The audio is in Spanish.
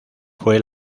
fue